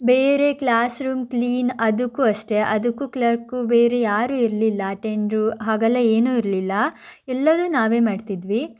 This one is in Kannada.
ಬೇರೆ ಕ್ಲಾಸ್ರೂಮ್ ಕ್ಲೀನ್ ಅದಕ್ಕೂ ಅಷ್ಟೇ ಅದಕ್ಕೂ ಕ್ಲರ್ಕು ಬೇರೆ ಯಾರೂ ಇರಲಿಲ್ಲ ಅಟೆಂಡರು ಹಾಗೆಲ್ಲ ಏನೂ ಇರಲಿಲ್ಲ ಎಲ್ಲವೂ ನಾವೇ ಮಾಡ್ತಿದ್ವಿ